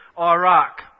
Iraq